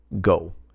go